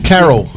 Carol